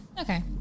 Okay